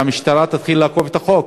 שהמשטרה תתחיל לאכוף את החוק.